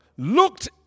looked